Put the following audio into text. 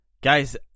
guys